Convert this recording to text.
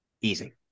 Easy